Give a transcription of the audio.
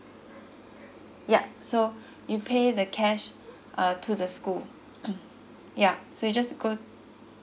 yup so you pay the cash uh to the school yeah so you just go